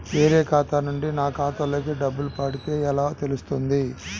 వేరే ఖాతా నుండి నా ఖాతాలో డబ్బులు పడితే ఎలా తెలుస్తుంది?